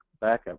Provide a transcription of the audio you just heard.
backup